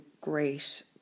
great